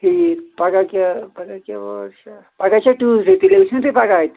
ٹھیٖک پگاہ کیٛاہ پگاہ کیٛاہ وار چھےٚ پگاہ چھےٚ ٹُوُزڈے تیٚلہِ وٕچھِو نا تُہۍ پگاہ اَتہِ